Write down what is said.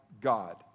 God